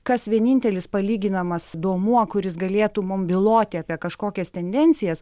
kas vienintelis palyginamas duomuo kuris galėtų mum byloti apie kažkokias tendencijas